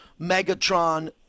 Megatron